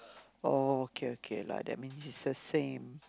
oh okay okay lah that's mean it's the same